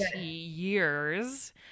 years